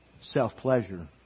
self-pleasure